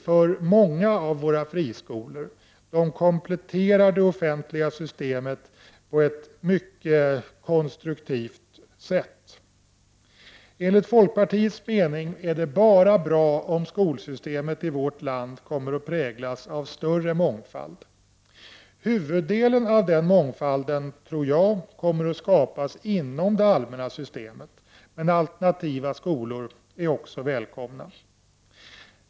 För många av våra friskolor gäller ju att de kompletterar det offentliga systemet på ett mycket konstruktivt sätt. Enligt folkpartiets mening är det bara bra om skolsystemet i vårt land kommer att präglas av en större mångfald. Huvuddelen av den mångfalden tror jag kommer att skapas inom det allmänna systemet, men alternativa skolor är också välkomna.